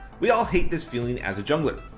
we all hate this feeling as a jungler.